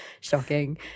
Shocking